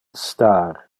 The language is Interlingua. star